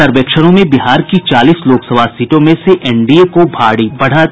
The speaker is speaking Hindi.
सर्वेक्षणों में बिहार की चालीस लोकसभा सीटों में से एनडीए को भारी बढ़त